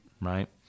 right